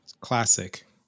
Classic